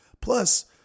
Plus